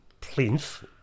plinth